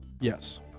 yes